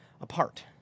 apart